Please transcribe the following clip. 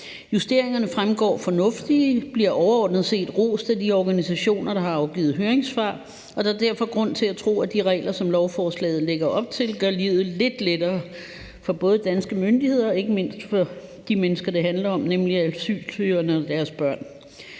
Justeringerne fremstår som fornuftige og bliver overordnet set rost af de organisationer, der har afgivet høringssvar, og der er derfor grund til at tro, at de regler, som lovforslaget lægger op til, gør livet lidt lettere for både danske myndigheder og ikke mindst for de mennesker, det handler om, nemlig asylsøgerne og deres børn.